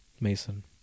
Mason